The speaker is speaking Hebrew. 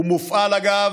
הוא מופעל, אגב,